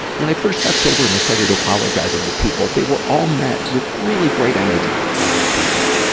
when i first got sober and i started apologizing to people, they were all met with really great energy by these people.